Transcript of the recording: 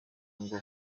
ngo